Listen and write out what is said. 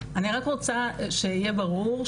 אני רק רוצה שיהיה ברור,